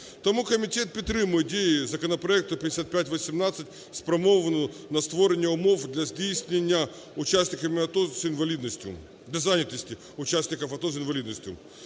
Тому комітет підтримує дію законопроекту 5518, спрямовану на створення умов для здійснення учасниками АТО з інвалідністю… для зайнятості учасників АТО з інвалідністю.